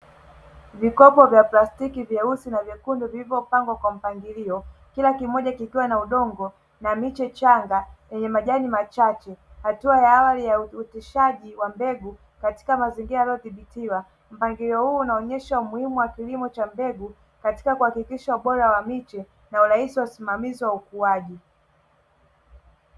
Vikopo vya plastiki vyeusi na vyekundu vilivyopangwa kwa mpangilio. Kila kimoja kikiwa na udongo na miche michanga yenye majani machache. Hatua ya awali ya uoteshaji wa mbegu katika mazingira yaliyodhibitiwa. Mpangilio huo unaonyesha umuhimu wa kilimo cha mbegu katika kuhakikisha ubora wa miche na urahisi wa usimamizi wa ukuaji.